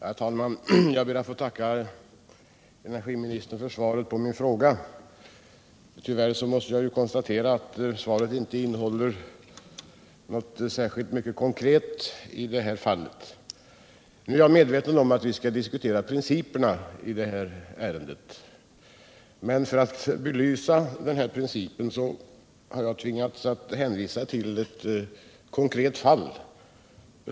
Herr talman! Jag ber att få tacka energiministern för svaret på min fråga. Tyvärr måste jag konstatera att svaret inte innehåller särskilt mycket konkret. Jag är medveten om att vi skall diskutera principerna i det här ärendet, men för att belysa dessa har jag tvingats hänvisa till ett konkret fall.